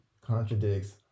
contradicts